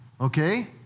Okay